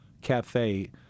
Cafe